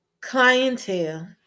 clientele